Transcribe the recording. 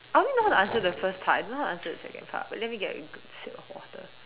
I only know how to answer the first part I don't know how to answer the second part but let me get a good sip of water